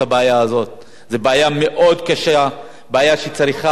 זאת בעיה קשה מאוד, בעיה שצריך להיות לה פתרון,